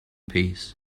peace